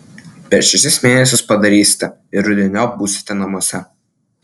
per šešis mėnesius padarysite ir rudeniop būsite namuose